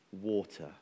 water